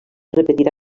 repetirà